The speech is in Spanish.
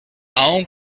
aun